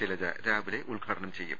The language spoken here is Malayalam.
ശൈലജ രാവിലെ ഉദ്ഘാടനം ചെയ്യും